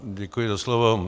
Děkuji za slovo.